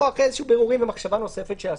פה אחרי בירורים ומחשבה נוספת שעשינו,